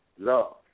Love